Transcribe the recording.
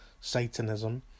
Satanism